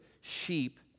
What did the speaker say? sheep